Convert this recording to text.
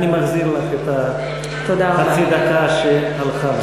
אני מחזיר לך את חצי הדקה שהלכה לך.